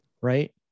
right